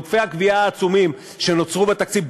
עודפי הגבייה העצומים שנותרו בתקציב,